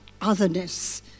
otherness